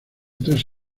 tres